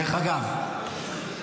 דרך אגב,